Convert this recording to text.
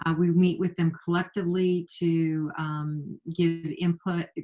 ah we meet with them collectively to give input,